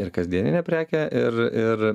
ir kasdieninė prekė ir ir